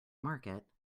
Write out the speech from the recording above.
market